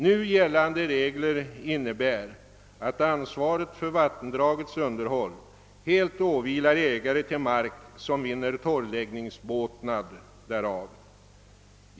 Nu gällande regler innebär, att ansvaret för vattendragets underhåll helt åvilar ägare till mark, som vinner torrläggningsbåtnad därav.